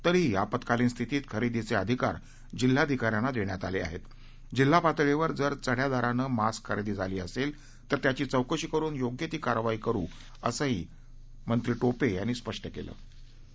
तरीही आपत्कालीन स्थितीत खरद्दीमध्रिधिकार जिल्हाधिकाऱ्यांना दक्ष्यात आलआहाजिल्हा पातळीवर जर चढ्या दरानघ्रास्क खरद्दीझाली असद्वी तर त्याची चौकशी करून योग्य ती कारवाई करु असंही मंत्री टोपर्यांनी स्पष्ट कलि